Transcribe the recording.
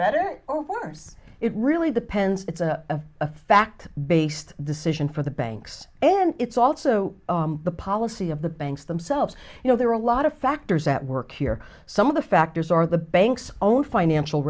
better or worse it really depends it's a fact based decision for the banks and it's also the policy of the banks themselves you know there are a lot of factors at work here some of the factors are the banks own financial